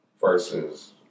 Versus